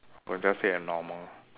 I'll just say abnormal